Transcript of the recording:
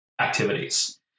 activities